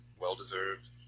Well-deserved